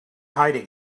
hiding